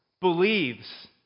believes